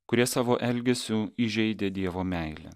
kurie savo elgesiu įžeidė dievo meilę